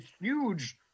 huge